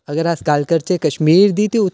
ते अगर अस गल्ल करचै कश्मीर दी